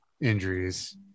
injuries